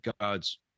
God's